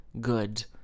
good